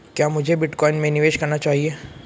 क्या मुझे बिटकॉइन में निवेश करना चाहिए?